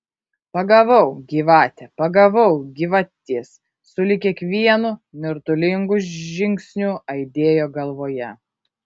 pagavau gyvate pagavau gyvatės sulig kiekvienu nirtulingu žingsniu aidėjo galvoje